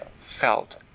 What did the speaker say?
felt